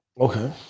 Okay